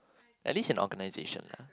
at least in organisation lah